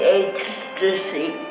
ecstasy